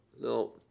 No